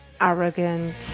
arrogant